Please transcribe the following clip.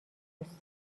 دوست